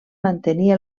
mantenir